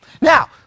Now